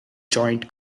joint